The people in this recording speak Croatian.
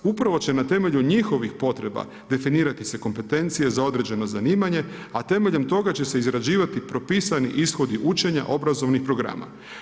Upravo će na temelju njihovih potreba definirati se kompetencije za određeno zanimanje a temeljem toga će se izrađivati propisani ishodi učenja, obrazovnih programa.